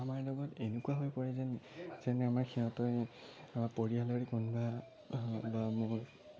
আমাৰ লগত এনেকুৱা হৈ পৰে যেন যেন আমাৰ সিহঁতৰ পৰিয়ালৰে কোনোবা বা মোৰ